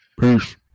Peace